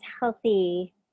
healthy